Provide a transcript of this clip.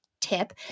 tip